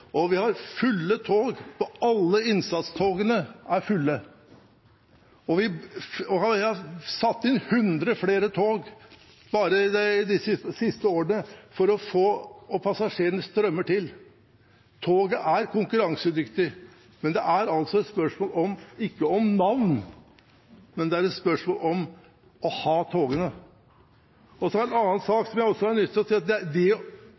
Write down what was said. og vi har fulle tog – alle innsatstogene er fulle. Det er satt inn hundre flere tog bare de siste årene, og passasjerene strømmer til. Toget er konkurransedyktig, men det er ikke et spørsmål om navn – det er et spørsmål om å ha togene. Så er det en annen sak jeg også har lyst til å nevne, og det er at